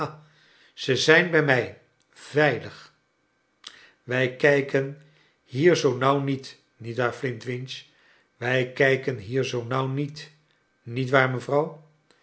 ze zijn bij mij veilig wij kijken hier zoo nauw niet nietwaar flintwinch wij kijken hier zoo nauw niet nietwaar mevrouw